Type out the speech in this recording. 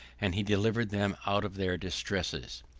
and he delivered them out of their distresses.